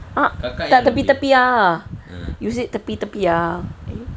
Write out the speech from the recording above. ah tepi-tepi ah you said tepi-tepi ah